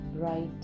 bright